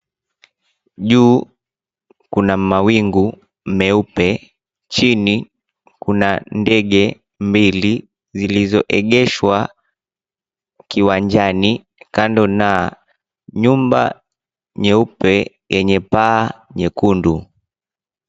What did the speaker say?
Juu kuna mawingu meupe, chini kuna ndege mbili zilizoeegeshwa kiwanjani kando na nyumba nyeupe yenye paa nyekundu.